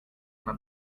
una